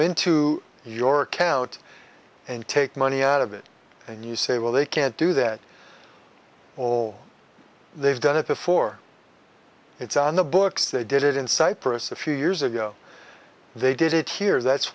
into your account and take money out of it and you say well they can't do that or they've done it before it's on the books they did it in cyprus a few years ago they did it here that's